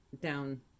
down